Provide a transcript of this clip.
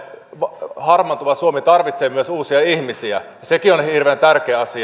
toki harmaantuva suomi tarvitsee myös uusia ihmisiä sekin on hirveän tärkeä asia